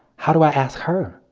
how do i ask her?